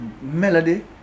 melody